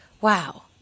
wow